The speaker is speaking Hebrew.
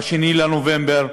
ב-2 בנובמבר,